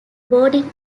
boarding